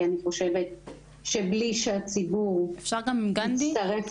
כי אני חושבת שבלי שהציבור יצטרף